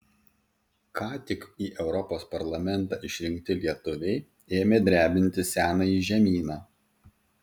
ką tik į europos parlamentą išrinkti lietuviai ėmė drebinti senąjį žemyną